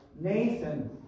Nathan